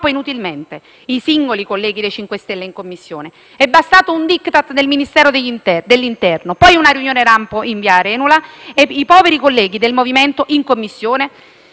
inutilmente, i singoli colleghi dei 5 Stelle in Commissione: è bastato un *diktat* del Ministero dell'interno, poi una riunione lampo in via Arenula, e i poveri colleghi del MoVimento in Commissione